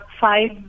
five